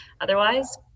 otherwise